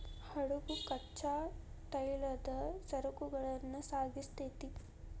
ಹಡಗು ಕಚ್ಚಾ ತೈಲದ ಸರಕುಗಳನ್ನ ಸಾಗಿಸ್ತೆತಿ